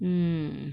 mm